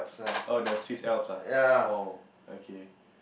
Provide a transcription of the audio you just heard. oh the Swiss Alps oh okay